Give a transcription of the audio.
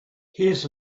his